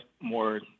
more